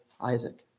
Isaac